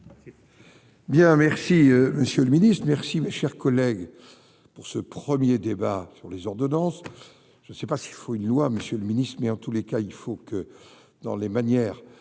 Bien, merci Monsieur le Ministre, merci, mes chers collègues, pour ce 1er débat sur les ordonnances, je ne sais pas s'il faut une loi Monsieur le Ministre, mais en tous les cas, il faut que dans les manières